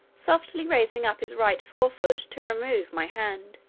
softly raising up his right fore-foot to remove my hand.